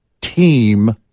team